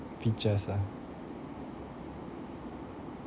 features ah